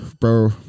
Bro